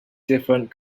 different